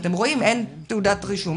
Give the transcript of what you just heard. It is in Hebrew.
אתם רואים אין תעודת רישום.